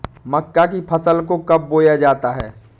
मक्का की फसल को कब बोया जाता है?